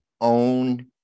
own